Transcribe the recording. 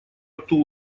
рту